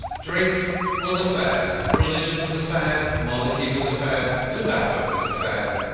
drink was a fad. religion was a fad. monarchy was a fad. tobacco was a fad.